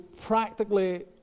practically